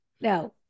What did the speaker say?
Now